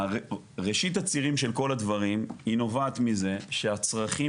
ראשית הצירים של כל הדברים היא נובעת מזה שהצרכים